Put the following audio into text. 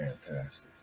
fantastic